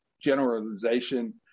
generalization